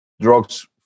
drugs